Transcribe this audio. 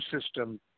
system